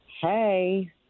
Hey